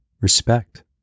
Respect